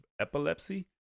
epilepsy